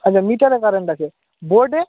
আচ্ছা মিটারে কারেন্ট আছে বোর্ডে